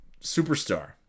Superstar